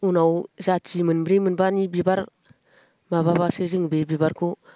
उनाव जाथि मोनब्रै मोनबानि बिबार माबाब्लासो जोङो बे बिबारखौ